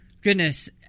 Goodness